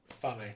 Funny